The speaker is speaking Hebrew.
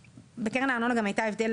בקרן הארנונה גם היה הבדל